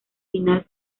final